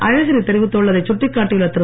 அழகிரி தெரிவித்துள்ளதைச் சுட்டிக்காட்டியுள்ள திரு